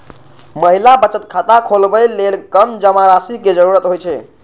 महिला बचत खाता खोलबै लेल कम जमा राशि के जरूरत होइ छै